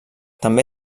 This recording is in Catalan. també